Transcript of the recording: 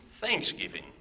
thanksgiving